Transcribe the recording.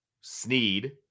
Sneed